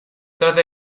trata